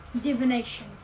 Divination